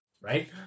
right